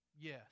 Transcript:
Yes